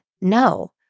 No